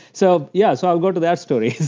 so yeah so i'll go to that story.